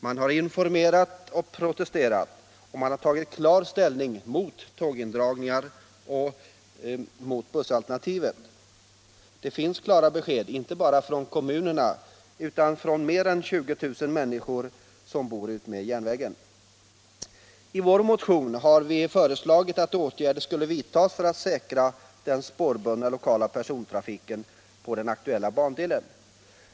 Man har informerat och protesterat, man har tagit klar ställning mot tågindragningar och mot bussalternativet. Det klara beskedet finns, inte bara från kommunerna, utan från mer än 20000 människor som bor utmed järnvägen. I vår motion har vi föreslagit att åtgärder skall vidtas för att säkra den spårbundna lokala persontrafiken på den aktuella bandelen.